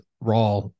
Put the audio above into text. raw